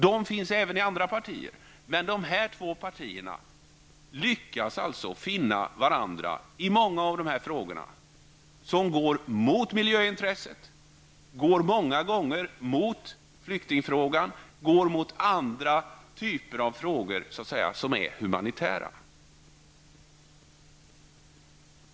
De finns även i andra partier, men dessa två partier har alltså lyckats finna varandra i många frågor som går emot miljöintressen och många gånger emot flyktingfrågan och andra frågor av humanitär karaktär.